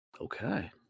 Okay